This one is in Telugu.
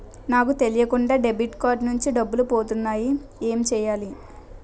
నాకు తెలియకుండా డెబిట్ కార్డ్ నుంచి డబ్బులు పోతున్నాయి ఎం చెయ్యాలి?